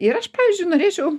ir aš pavyzdžiui norėčiau